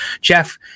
Jeff